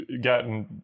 gotten